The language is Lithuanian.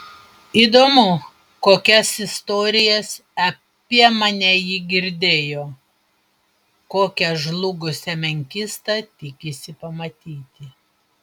įdomu kokias istorijas apie mane ji girdėjo kokią žlugusią menkystą tikisi pamatyti